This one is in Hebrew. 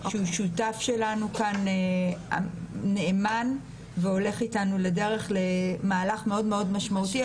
שהוא שותף נאמן שלנו כאן והולך איתנו למהלך מאוד משמעותי,